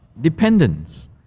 dependence